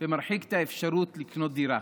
ומרחיק את האפשרות לקנות דירה.